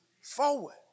forward